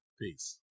Peace